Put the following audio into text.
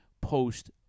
post